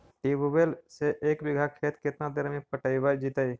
Tubewell से एक बिघा खेत केतना देर में पटैबए जितै?